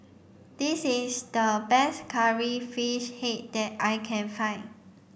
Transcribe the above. this is the best curry fish head that I can find